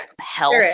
health